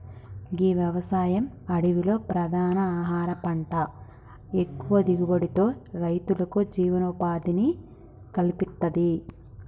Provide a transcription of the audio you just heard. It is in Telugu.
గీ వ్యవసాయం అడవిలో ప్రధాన ఆహార పంట ఎక్కువ దిగుబడితో రైతులకు జీవనోపాధిని కల్పిత్తది